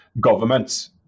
governments